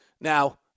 Now